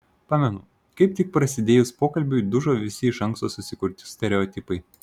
pamenu kaip tik prasidėjus pokalbiui dužo visi iš anksto susikurti stereotipai